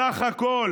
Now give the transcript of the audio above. בסך הכול